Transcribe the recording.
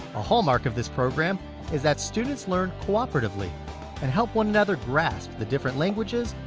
a hallmark of this program is that students learn cooperatively and help one another grasp the different languages,